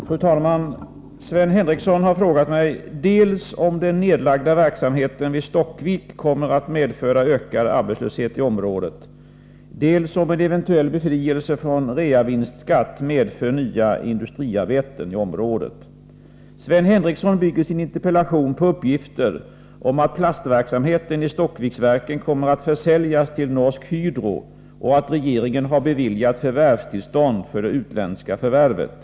Fru talman! Sven Henriesson har frågat mig dels om den nedlagda verksamheten vid Stockvik kommer att medföra ökad arbetslöshet i området, dels om en eventuell befrielse från reavinstskatt medför nya industriarbeten i området. Sven Henricsson bygger sin interpellation på uppgifter om att plastverksamheten i Stockviksverken kommer att försäljas till Norsk Hydro, och att regeringen har beviljat förvärvstillstånd för det utländska förvärvet.